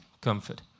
comfort